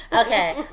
Okay